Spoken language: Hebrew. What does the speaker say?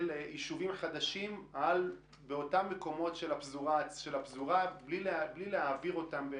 יישובים חדשים באותם מקומות של הפזורה בלי להעביר אותם,